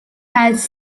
has